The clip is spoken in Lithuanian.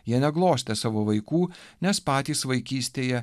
jie neglostė savo vaikų nes patys vaikystėje